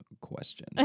question